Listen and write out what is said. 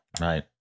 Right